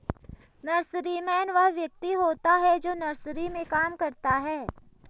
nurseryman वह व्यक्ति होता है जो नर्सरी में काम करता है